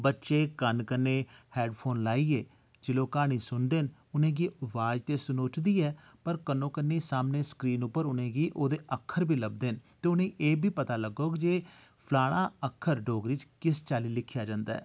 बच्चे कन कन्नै हैडफोन लाइयै जेल्लै ओह् क्हानी सुनदे न उनें गी अवाज ते सनोचदी ऐ पर कन्नोकन्नी सामने स्क्रीन उप्पर उनें गी ओह्दे अक्खर बी लभदे न ते उनें गी एह् बी पता लग्गग जे फ्लाना अक्खर डोगरी च किश चाल्ली लिखेआ जंदा ऐ